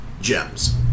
gems